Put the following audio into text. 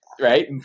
right